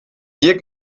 hier